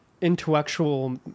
intellectual